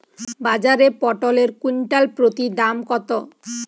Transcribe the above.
বাজারে পটল এর কুইন্টাল প্রতি দাম কত?